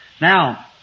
Now